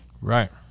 right